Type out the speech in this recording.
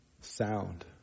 sound